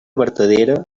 vertadera